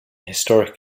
historic